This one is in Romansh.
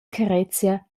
carezia